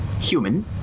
Human